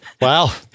Wow